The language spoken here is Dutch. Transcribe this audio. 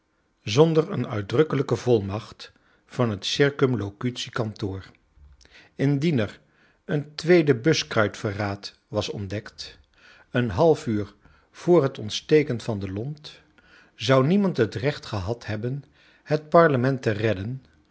zonder eene uitdrukkeiijke volmacht van het circumlocutie kantoor indien er een tweede buskruitverraad was ontdekt een half uur voor het ontsteken van de lont j zou niemand het recht gehad hebben het parlement te redden